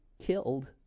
killed